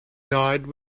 died